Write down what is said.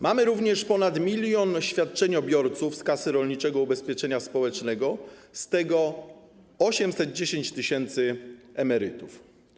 Mamy również ponad 1 mln świadczeniobiorców z Kasy Rolniczego Ubezpieczenia Społecznego, z czego 810 tys. to emeryci.